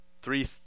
three